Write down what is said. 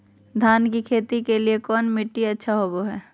धान की खेती के लिए कौन मिट्टी अच्छा होबो है?